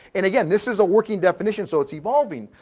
and again, this is a working definition so it's evolving,